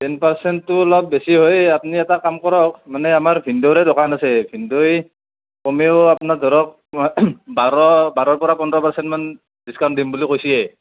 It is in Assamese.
টেন পাৰ্চেণ্টটো অলপ বেছি হয়েই আপুনি এটা কাম কৰক মানে আমাৰ ভিনদৌৰে দোকান আছে ভিনদেউ কমেও আপোনাৰ ধৰক বাৰ বাৰৰ পৰা পোন্ধৰ পাৰ্চেণ্ট মান ডিচকাউণ্ট দিম বুলি কৈছে